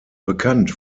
bekannt